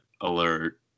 alert